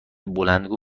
بلندگو